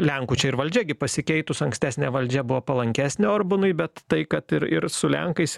lenkų čia ir valdžia gi pasikeitus ankstesnė valdžia buvo palankesnė orbanui bet tai kad ir ir su lenkais